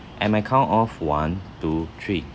and my count of one two three